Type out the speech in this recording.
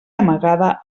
amagada